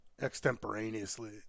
extemporaneously